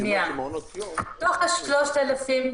מתוך ה-3,000,